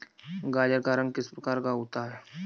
गाजर का रंग किस प्रकार का होता है?